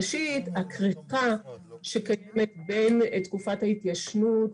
ראשית, הכריכה שקיימת בין תקופת ההתיישנות,